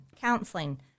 counseling